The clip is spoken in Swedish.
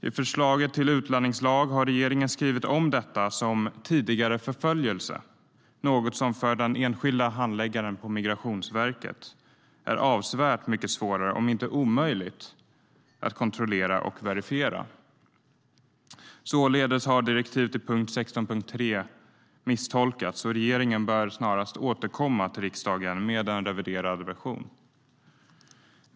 I förslaget till utlänningslag har regeringen skrivit om detta till "tidigare förföljelse", något som för den enskilda handläggaren på Migrationsverket är avsevärt mycket svårare, om inte omöjligt, att kontrollera och verifiera. Således har direktivet i punkt 16.3 misstolkats, och regeringen bör snarast återkomma till riksdagen med en reviderad version.